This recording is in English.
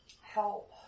help